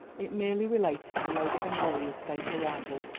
it merely related to lady honoria's safe arrival,